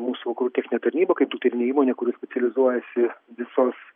mūsų vakarų techninė tarnyba kaip dukterinė įmonė kuri specializuojasi visos